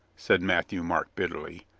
said matthieu-marc bitterly.